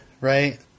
right